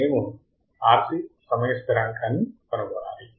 మేము RC సమయ స్థిరాంకాన్ని కనుగొనాలి